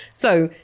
so,